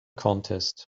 contest